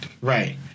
right